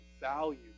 value